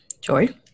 joy